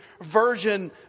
version